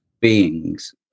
beings